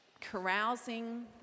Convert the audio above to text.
carousing